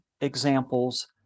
examples